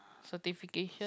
certification